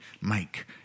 Mike